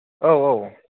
औ औ